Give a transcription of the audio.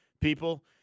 people